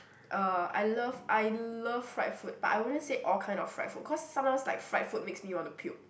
uh I love I love fried food but I wouldn't say all kind of fried food cause sometimes like fried food makes me want to puke